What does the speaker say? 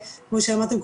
כמו שאמרתם,